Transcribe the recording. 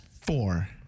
Four